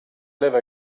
live